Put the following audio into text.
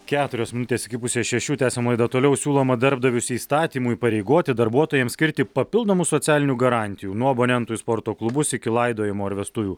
keturios minutės iki pusės šešių tęsiam toliau siūloma darbdavius įstatymu įpareigoti darbuotojams skirti papildomų socialinių garantijų nuo abonentų į sporto klubus iki laidojimo ir vestuvių